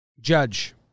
Judge